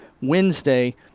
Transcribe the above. Wednesday